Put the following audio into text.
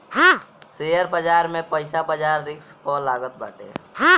share बाजार में पईसा बाजार रिस्क पअ लागत बाटे